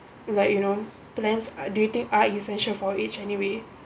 like you know plans or do you think are essential for each anyway